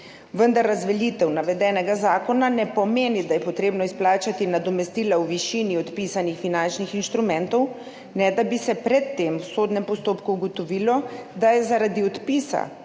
vendar razveljavitev navedenega zakona ne pomeni, da je treba izplačati nadomestila v višini odpisanih finančnih instrumentov, ne da bi se pred tem v sodnem postopku ugotovilo, da je zaradi odpisa